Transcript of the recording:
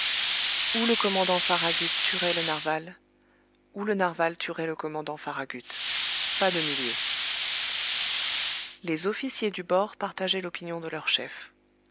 ou le commandant farragut tuerait le narwal ou le narwal tuerait le commandant farragut pas de milieu les officiers du bord partageaient l'opinion de leur chef